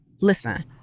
Listen